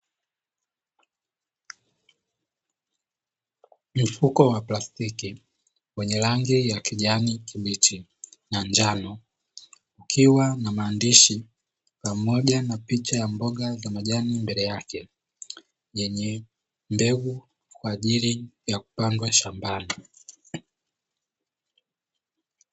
Mfuko wa plastiki wenye rangi ya kijani kibichi na njano, ukiwa na maandishi pamoja na picha ya mboga za majani mbele yake. Yenye mbegu kwa ajili ya kupandwa shambani.